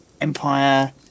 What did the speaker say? Empire